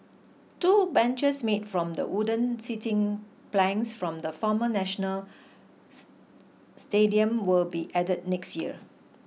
two benches made from the wooden seating planks from the former National Stadium will be added next year